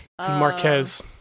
Marquez